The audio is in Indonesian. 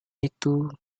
itu